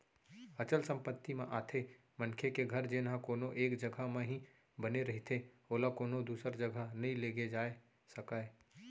अचल संपत्ति म आथे मनखे के घर जेनहा कोनो एक जघा म ही बने रहिथे ओला कोनो दूसर जघा नइ लेगे जाय सकय